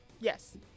Yes